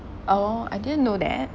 oh I didn't know that